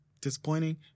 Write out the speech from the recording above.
disappointing